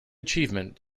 achievement